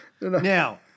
Now